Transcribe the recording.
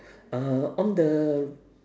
uh on the